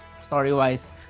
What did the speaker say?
story-wise